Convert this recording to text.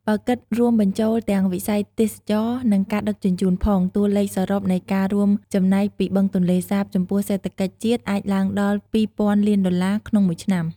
បើគិតរួមបញ្ចូលទាំងវិស័យទេសចរណ៍ និងការដឹកជញ្ជូនផង តួលេខសរុបនៃការរួមចំណែកពីបឹងទន្លេសាបចំពោះសេដ្ឋកិច្ចជាតិអាចឡើងដល់ ២ ពាន់លានដុល្លារក្នុងមួយឆ្នាំ។